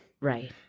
Right